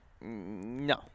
no